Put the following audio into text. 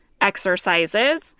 exercises